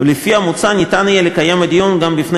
לפי המוצע יהיה אפשר לקיים את הדיון גם בפני